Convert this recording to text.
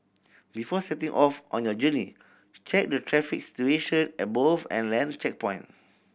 before setting off on your journey check the traffic situation at both and land checkpoint